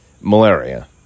malaria